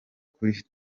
kuri